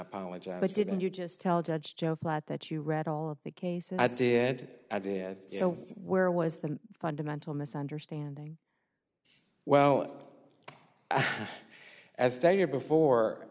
apologize but didn't you just tell judge joe flat that you read all of the cases i did i did where was the fundamental misunderstanding well as stated before